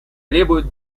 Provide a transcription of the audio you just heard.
требуют